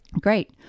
great